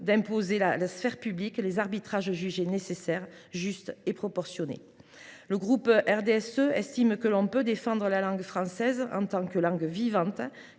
d’imposer à la sphère publique les arbitrages jugés nécessaires, justes et proportionnés. Le groupe RDSE estime qu’il est possible de défendre la langue française en tant que langue vivante,